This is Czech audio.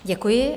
Děkuji.